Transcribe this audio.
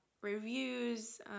reviews